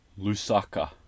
Lusaka